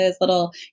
little